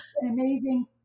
amazing